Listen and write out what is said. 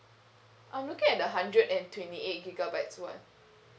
I'm looking at the hundred and twenty eight gigabytes one